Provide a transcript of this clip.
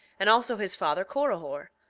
and also his father corihor,